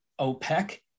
OPEC